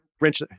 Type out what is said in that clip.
wrench